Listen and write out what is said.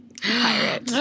pirate